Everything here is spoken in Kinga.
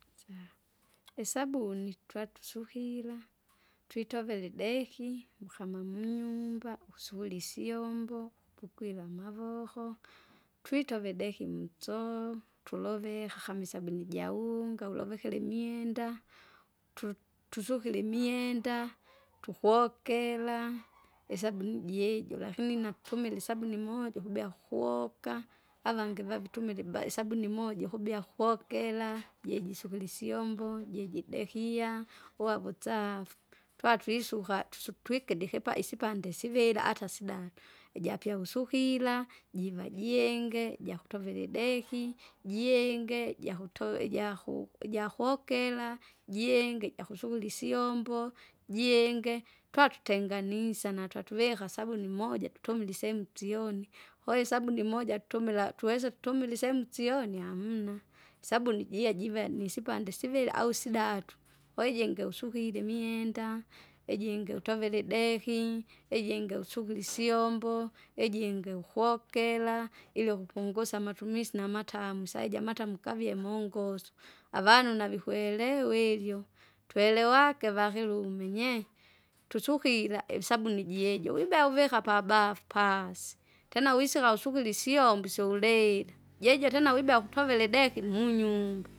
isabuni twatusukira twitovere ideki ukama munyumba usuvule isyombo pukwira amavoko twitove ideki mtsoo, tulovika hma isabuni jaunga ulovekere imyenda. Tu- tusukire imwenda tukokera isabuni jijo lakini natumila isabu moja ukubea kukuoka, avange vavitumila iba isabuni imoja ukubia kukokera jesjisukire isyombo, jejidekia, uwa vusaafi. Twatwisuka tusu twikide ikipa- isipande sivira hata hata sidana, ijapya wusukira, jiva jienge jakutovera ideki, jienge jakutowe ijaku- ijakokera, jienge jukusukira isyombo, jienge twatutenganisa natwavika sabuni moja tutumile isehemu tsyoni. Kwahiyo isabuni moja tutumila twesa tutumila isehemu syoni hamuna, isabuni jie jive nisipande siviri au sidatu, koijingi usukire imyenda, ijingi utovere ideki, ijingi usukire isyombo, ijingi ukokera ili ukupungusya amatumisi namatamu saiji amatamu kavie mungosu, avanu navikwelewa! ivyo twelewake vakiluminye, tusukira isabuni ijijo wiba uvika pabafu pasi tena wiseka usukire isyombo syoulila jeje tena wibea kutovera ideki munyumba.